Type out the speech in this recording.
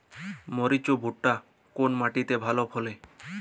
মরিচ এবং ভুট্টা কোন মাটি তে ভালো ফলে?